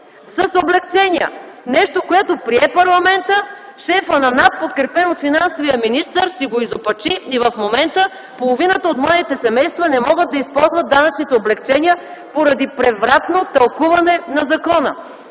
с облекчения. Нещо, което прие парламентът, шефът на НАП, подкрепен от финансовия министър, си го изопачи и в момента половината от младите семейства не могат да използват данъчните облекчения, поради превратно тълкуване на закона.